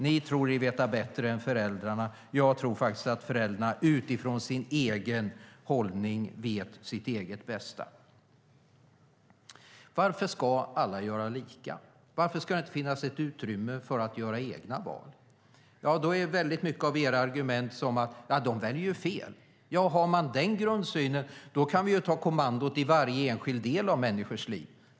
Ni tror er veta bättre än föräldrarna. Jag tror faktiskt att föräldrarna utifrån sin egen hållning vet sitt eget bästa. Varför ska alla göra lika? Varför ska det inte finnas ett utrymme för att göra egna val? Väldigt många av era argument går ut på att föräldrar väljer fel. Ja, har man den grundsynen, då kan vi ta kommandot i varje enskild del av människors liv.